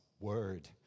word